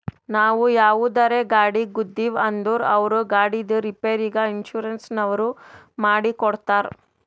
ನಾವು ಯಾವುದರೇ ಗಾಡಿಗ್ ಗುದ್ದಿವ್ ಅಂದುರ್ ಅವ್ರ ಗಾಡಿದ್ ರಿಪೇರಿಗ್ ಇನ್ಸೂರೆನ್ಸನವ್ರು ಮಾಡಿ ಕೊಡ್ತಾರ್